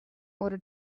order